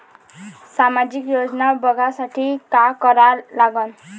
सामाजिक योजना बघासाठी का करा लागन?